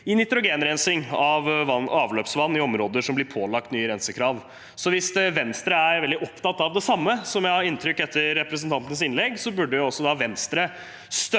i nitrogenrensing av avløpsvann i områder som blir pålagt nye rensekrav». Hvis Venstre er veldig opptatt av det samme – som jeg har inntrykk av etter representanten Elvestuens innlegg – burde de støtte